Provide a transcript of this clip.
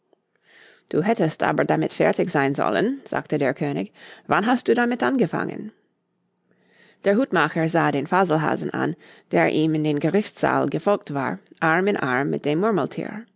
du hättest aber damit fertig sein sollen sagte der könig wann hast du damit angefangen der hutmacher sah den faselhasen an der ihm in den gerichtssaal gefolgt war arm in arm mit dem